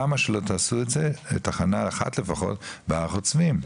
למה שלא תעשו את זה, תחנה אחת לפחות, בהר חוצבים?